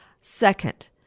Second